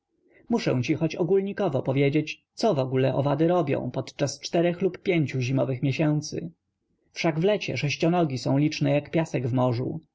muszę ci choć ogólnikowo powiedzieć co w ogóle owady robią podczas czterech lub pięciu zimowych miesięcy wszak w lecie sześcionogi są liczne jak piasek w morzu